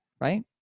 right